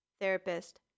therapist